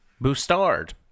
Bustard